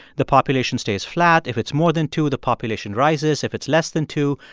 the population stays flat. if it's more than two, the population rises. if it's less than two,